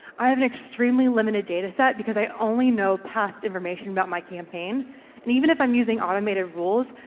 i have an extremely limited data set because i only know past information about my campaign and even if i'm using automated rules,